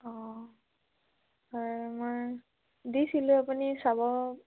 অঁ হয় মই দিছিলোঁ আপুনি চাব